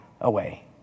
away